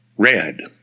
Red